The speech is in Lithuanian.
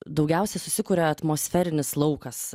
daugiausia susikuria atmosferinis laukas